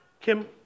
Kim